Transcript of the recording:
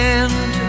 end